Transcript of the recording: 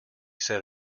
said